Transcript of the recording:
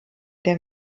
der